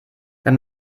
wenn